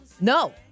No